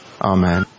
Amen